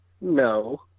No